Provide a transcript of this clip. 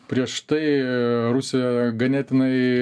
prieš tai rusija ganėtinai